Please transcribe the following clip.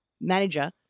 manager